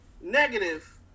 Negative